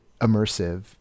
immersive